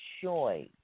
choice